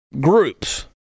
groups